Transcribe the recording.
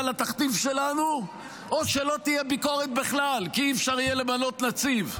לתכתיב שלנו או שלא תהיה ביקורת בכלל כי לא יהיה אפשר למנות נציב,